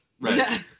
Right